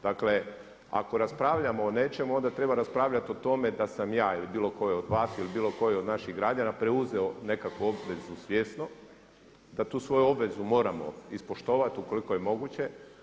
Dakle ako raspravljamo o nečemu onda treba raspravljati o tome da sam ja ili bilo tko od vas ili bilo tko od naših građana preuzeo nekakvu obvezu svjesno, da tu svoju obvezu moramo ispoštovati ukoliko je moguće.